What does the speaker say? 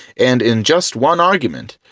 and in just one argument,